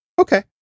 Okay